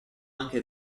anche